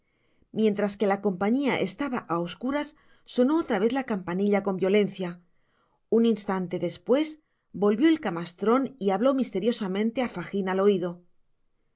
mientras que la compañia estaba á obscuras sonó otra vez la campanilla con violencia un instante despues volvió el camastron y habló misteriosamente á fagin al oido